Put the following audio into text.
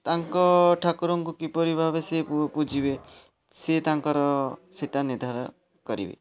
ତାଙ୍କ ଠାକୁରଙ୍କୁ କିପରି ଭାବେ ସେ ପୂଜିବେ ସିଏ ତାଙ୍କର ସେଟା ନିର୍ଦ୍ଧାର କରିବେ